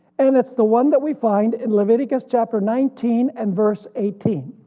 and it's the one that we find in leviticus chapter nineteen and verse eighteen,